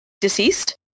deceased